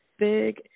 big